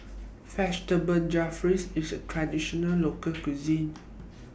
Vegetable Jalfrezi IS A Traditional Local Cuisine